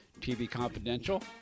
tvconfidential